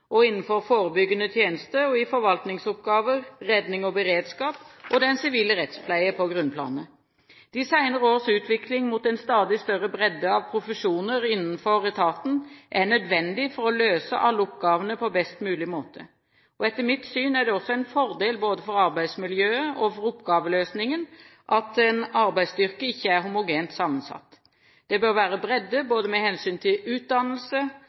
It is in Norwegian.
og innenfor forebyggende tjeneste, og i forvaltningsoppgaver, redning og beredskap og den sivile rettspleie på grunnplanet. De senere års utvikling mot en stadig større bredde av profesjoner innenfor etaten er nødvendig for å løse alle oppgavene på best mulig måte. Etter mitt syn er det også en fordel både for arbeidsmiljøet og for oppgaveløsningen at en arbeidsstyrke ikke er homogent sammensatt. Det bør være bredde med hensyn til både utdannelse,